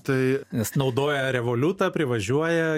tai nes naudoja revoliutą privažiuoja